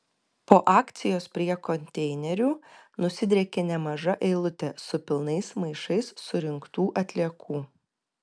po akcijos prie konteinerių nusidriekė nemaža eilutė su pilnais maišais surinktų atliekų